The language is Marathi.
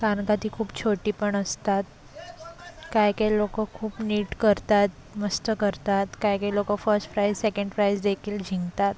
कारण का ती खूप छोटी पण असतात काही काही लोकं खूप नीट करतात मस्त करतात काही काही लोकं फर्स्ट प्राइस सेकंड प्राइसदेखील जिंकतात